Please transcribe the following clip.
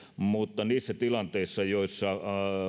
mutta niissä tilanteissa joissa